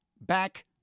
back